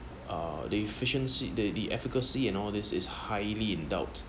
uh the efficiency they the efficacy and all this is highly in doubt